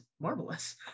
marvelous